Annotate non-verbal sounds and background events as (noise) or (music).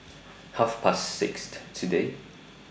Half Past (unintelligible) today